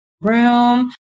room